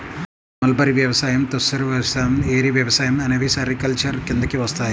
mulberry వ్యవసాయం, తుసర్ వ్యవసాయం, ఏరి వ్యవసాయం అనేవి సెరికల్చర్ కిందికి వస్తాయి